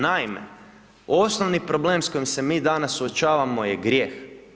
Naime, osnovni problem s kojim se mi danas suočavamo je grijeh.